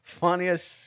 funniest